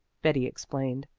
betty explained.